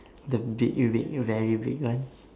the big big very big one